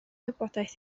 wybodaeth